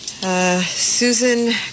Susan